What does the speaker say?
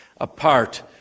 apart